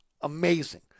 amazing